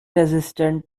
resistant